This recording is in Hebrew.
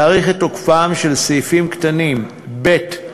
להאריך את תוקפם של סעיפים קטנים (ב) (ה)